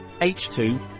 H2